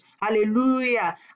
hallelujah